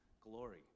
glory